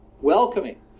Welcoming